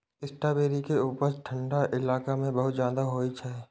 strawberry के उपज ठंढा इलाका मे बहुत ज्यादा होइ छै